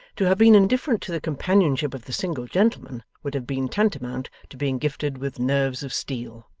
to have been indifferent to the companionship of the single gentleman would have been tantamount to being gifted with nerves of steel.